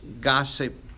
gossip